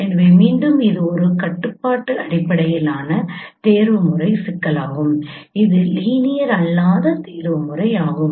எனவே மீண்டும் இது ஒரு கட்டுப்பாட்டு அடிப்படையிலான தேர்வுமுறை சிக்கலாகும் இது லீனியர் அல்லாத தேர்வுமுறை ஆகும்